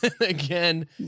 Again